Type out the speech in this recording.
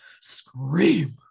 scream